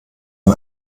ein